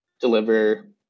deliver